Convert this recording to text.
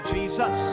Jesus